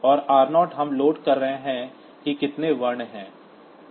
और r0 हम load कर रहे हैं कि कितने वर्ण हैं